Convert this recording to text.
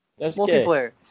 Multiplayer